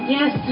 Yes